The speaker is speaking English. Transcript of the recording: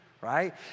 right